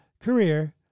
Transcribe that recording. career